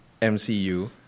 MCU